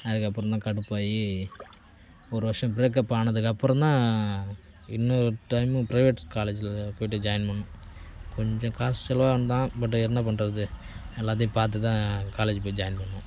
அதுக்கு அப்புறம் தான் கடுப்பாகி ஒரு வருஷம் பிரேக்கப் ஆனதுக்கு அப்புறம் தான் இன்னொரு டைம் ப்ரைவேட்ஸ் காலேஜில் போயிட்டு ஜாய்ன் பண்னேன் கொஞ்சம் காசு செலவாகும்தான் பட் என்ன பண்ணறது எல்லாத்தையும் பார்த்துதான் காலேஜ் போய் ஜாய்ன் பண்னேன்